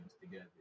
together